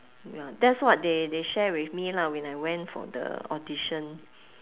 ya that's what they they share with me lah when I went for the audition